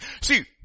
See